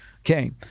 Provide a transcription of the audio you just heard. Okay